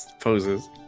poses